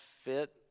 fit